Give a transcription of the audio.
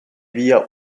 via